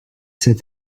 said